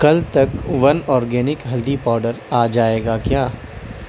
کل تک one organic ہلدی پاؤڈر آ جائے گا کیا